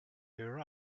her